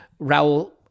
Raul